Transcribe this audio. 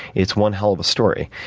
it's one hell of a story.